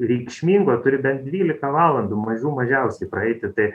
reikšmingo turi bent dvylika valandų mažų mažiausiai praeiti tai